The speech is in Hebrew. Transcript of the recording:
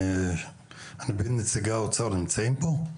האם נציגי האוצר נמצאים פה?